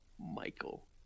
Michael